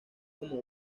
como